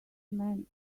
man